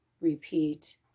repeat